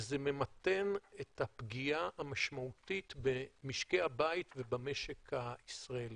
וזה ממתן את הפגיעה המשמעותית במשקי הבית ובמשק הישראלי.